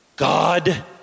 God